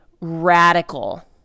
radical